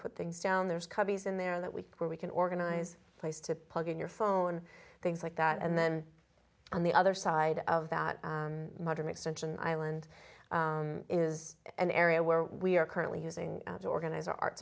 put things down there's cubbies in there that we where we can organize a place to plug in your phone things like that and then on the other side of that modern extension island is an area where we are currently using organizer art